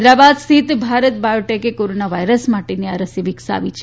હૈદરાબાદ સ્થિત ભારત બાયોટેકે corona virus માટેની આ રસી વિકસાવી છે